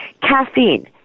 Caffeine